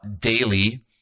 daily